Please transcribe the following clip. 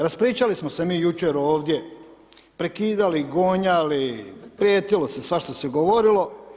Raspričali smo se mi jučer ovdje, prekidali, gonjali, prijetilo se, svašta se govorilo.